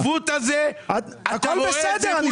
הכול בסדר.